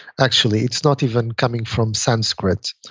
actually, it's not even coming from sanskrit.